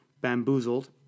bamboozled